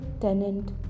tenant